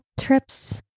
trips